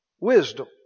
wisdom